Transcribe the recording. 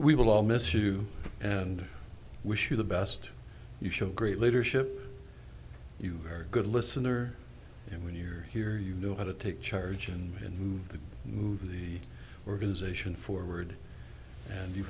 we will all miss you and wish you the best you showed great leadership you are a good listener and when you're here you know how to take charge and then move the move the organization forward and you